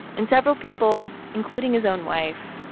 and several people, including his own wife,